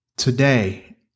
Today